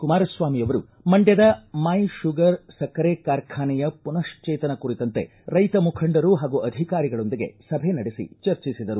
ಕುಮಾರಸ್ನಾಮಿ ಅವರು ಮಂಡ್ನದ ಮೈ ಶುಗರ್ ಸಕ್ಕರೆ ಕಾರ್ಖಾನೆಯ ಪುನಜ್ಜೇತನ ಕುರಿತಂತೆ ರೈತ ಮುಖಂಡರು ಹಾಗೂ ಅಧಿಕಾರಿಗಳೊಂದಿಗೆ ಸಭೆ ನಡೆಸಿ ಚರ್ಚಿಸಿದರು